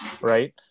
right